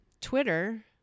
Twitter